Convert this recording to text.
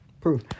proof